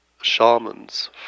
shamans